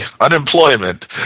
Unemployment